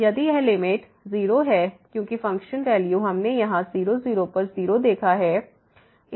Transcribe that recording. यदि यह लिमिट 0 है क्योंकि फंक्शन वैल्यू हमने यहाँ 0 0 पर 0 देखा है